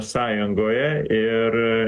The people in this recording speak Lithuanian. sąjungoje ir